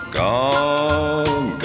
gone